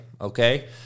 okay